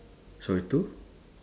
sorry two